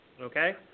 Okay